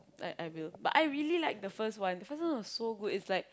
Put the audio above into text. I I will but I really like the first one the first one was so good is like